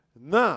Now